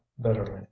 bitterly